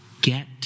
get